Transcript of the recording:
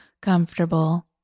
comfortable